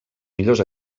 millors